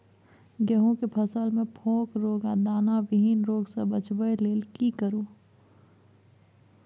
गेहूं के फसल मे फोक रोग आ दाना विहीन रोग सॅ बचबय लेल की करू?